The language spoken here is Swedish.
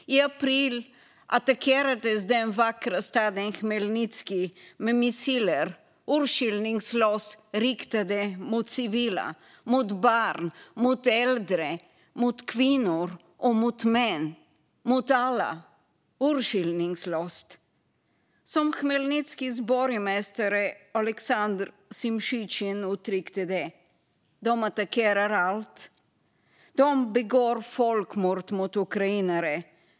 I april attackerades den vackra staden Chmelnytskyj med missiler, urskillningslöst riktade mot civila, barn, äldre, kvinnor och män - mot alla. Som Chmelnytskyjs borgmästare Oleksandr Symtjysjyn uttryckte det: De attackerar allt. De begår folkmord mot ukrainare.